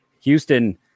Houston